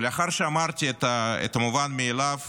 ולאחר שאמרתי את המובן מאליו